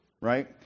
right